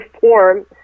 form